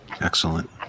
Excellent